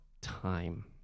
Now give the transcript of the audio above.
time